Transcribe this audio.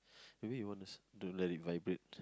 maybe you want to to let it vibrate